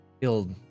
Feel